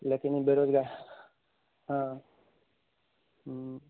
लेकिन ई बेरोजगारी हँ हूँ